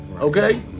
Okay